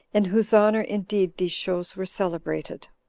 in whose honor indeed these shows were celebrated.